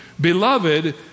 Beloved